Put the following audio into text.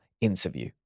interview